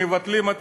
מבטלים את